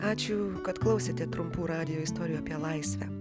ačiū kad klausėte trumpų radijo istorijų apie laisvę